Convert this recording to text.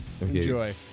Enjoy